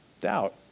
doubt